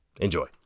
enjoy